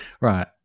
Right